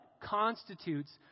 constitutes